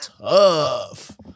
tough